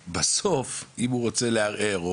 בסוף אם הוא ירצה לערער,